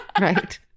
Right